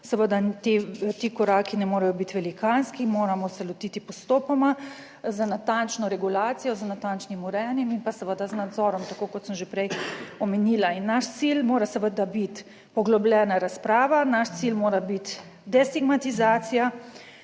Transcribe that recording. Seveda ti koraki ne morejo biti velikanski, moramo se lotiti postopoma, z natančno regulacijo, z natančnim urejanjem in pa seveda z nadzorom, tako kot sem že prej omenila. In naš cilj mora seveda biti poglobljena razprava, naš cilj mora biti destigmatizacija,